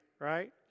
Right